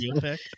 pick